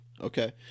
Okay